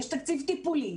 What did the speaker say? יש תקציב טיפולי,